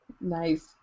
Nice